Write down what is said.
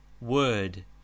Word